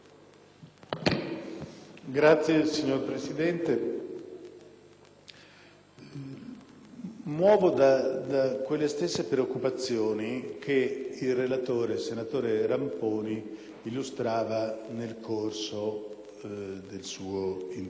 muovo da quelle stesse preoccupazioni che il relatore, senatore Ramponi, illustrava nel corso del suo intervento, e cioè che un atto così importante